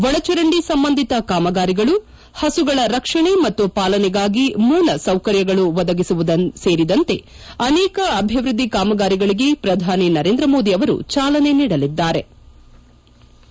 ಒಳಜರಂಡಿ ಸಂಬಂಧಿತ ಕಾಮಗಾರಿಗಳು ಪಸುಗಳ ರಕ್ಷಣೆ ಮತ್ತು ಪಾಲನೆಗಾಗಿ ಮೂಲ ಸೌಕರ್ಯಗಳು ಒದಗಿಸುವುದು ಸೇರಿದಂತೆ ಅನೇಕ ಅಭಿವ್ವದ್ದಿ ಕಾಮಗಾರಿಗಳಿಗೆ ಪ್ರಧಾನಿ ನರೇಂದ್ರ ಮೋದಿ ಅವರು ಚಾಲನೆ ನೀಡಲಿದ್ಲಾರೆ